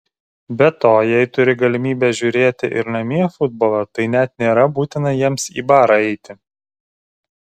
be to jei turi galimybę žiūrėti ir namie futbolą tai net nėra būtina jiems į barą eiti